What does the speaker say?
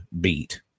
beat